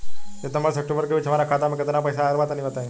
सितंबर से अक्टूबर के बीच हमार खाता मे केतना पईसा आइल बा तनि बताईं?